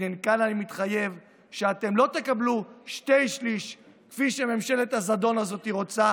ומכאן אני מתחייב שאתם לא תקבלו שני שלישים כפי שממשלת הזדון הזאת רוצה,